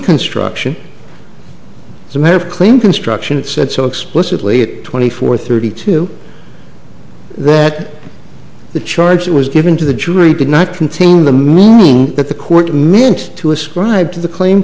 construction as a matter of claim construction it said so explicitly it twenty four thirty two that the charge that was given to the jury did not contain the mooning that the court meant to ascribe to the claim